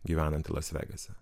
gyvenanti las vegase